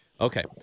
Okay